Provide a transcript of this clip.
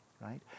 right